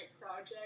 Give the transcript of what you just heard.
project